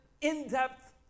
in-depth